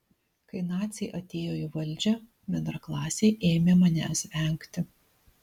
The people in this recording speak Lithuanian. kai naciai atėjo į valdžią bendraklasiai ėmė manęs vengti